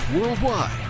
worldwide